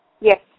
Yes